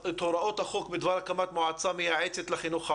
החוק בדבר הקמת מועצה מייעצת לחינוך הערבי?